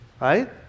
right